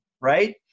right